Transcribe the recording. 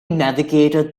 navigated